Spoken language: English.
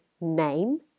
name